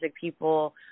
people